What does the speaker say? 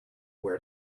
where